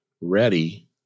ready